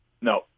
No